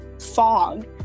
fog